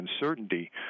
uncertainty